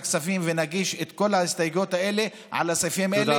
ונגיש את כל ההסתייגויות האלה על הסעיפים האלה,